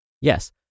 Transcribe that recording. Yes